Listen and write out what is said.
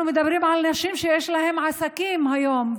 אנחנו מדברים על נשים שיש להן עסקים היום,